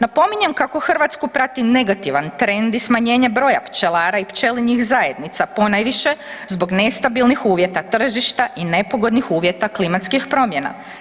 Napominjem kako Hrvatsku prati negativan trend i smanjenje broja pčelara i pčelinjih zajednica ponajviše zbog nestabilnih uvjeta tržišta i nepogodnih uvjeta klimatskih promjena.